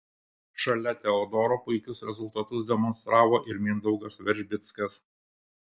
šalia teodoro puikius rezultatus demonstravo ir mindaugas veržbickas